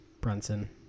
Brunson